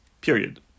Period